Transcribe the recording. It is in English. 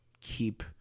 keep